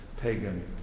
pagan